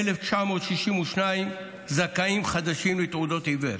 1,962 זכאים חדשים לתעודות עיוור,